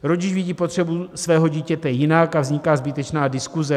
Rodič vidí potřebu svého dítěte jinak a vzniká zbytečná diskuze.